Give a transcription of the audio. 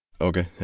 Okay